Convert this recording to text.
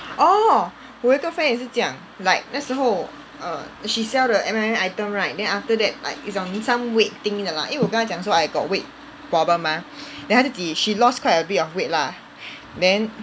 orh 我有一个 friend 也是这样 like 那时候 err she sell the M_L_M item right then after that like it's on some weight thing 的 lah 因为我跟她讲说 I got weight problem mah then 她自己 she lost quite a bit of weight lah then